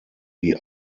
die